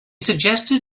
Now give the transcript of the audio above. suggested